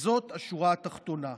וזאת השורה התחתונה.